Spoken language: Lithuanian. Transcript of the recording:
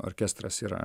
orkestras yra